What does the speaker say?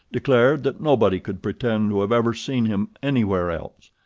declared that nobody could pretend to have ever seen him anywhere else.